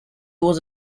was